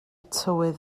tywydd